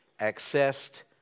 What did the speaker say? accessed